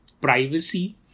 privacy